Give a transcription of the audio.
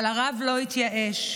אבל הרב לא התייאש,